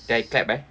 then I clap eh